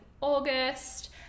August